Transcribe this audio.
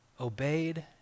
obeyed